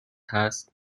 هست